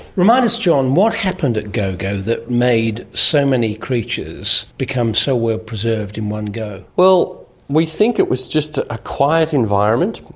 remind us, john, what happened at gogo that made so many creatures become so well preserved in one go? we think it was just a quiet environment.